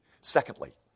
Secondly